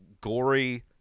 gory